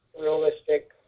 realistic